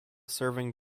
serving